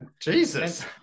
Jesus